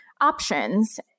options